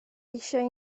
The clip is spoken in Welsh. eisiau